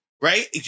right